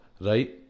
right